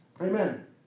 Amen